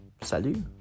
Salut